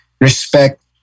respect